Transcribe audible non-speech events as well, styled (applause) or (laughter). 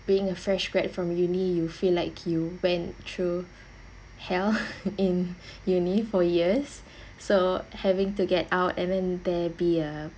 being a fresh grad from uni you feel like you went through hell (laughs) in uni for years so having to get out and there be a